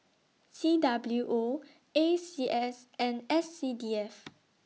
C W O A C S and S C D F